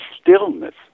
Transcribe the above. stillness